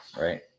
Right